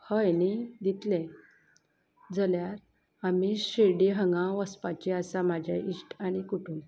हय न्ही दितले जाल्यार आमी शिर्डी हांगा वचपाची आसा म्हाजे इश्ट आनी कुटुंब